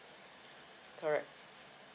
correct